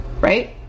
right